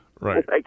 right